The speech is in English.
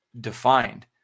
defined